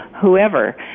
whoever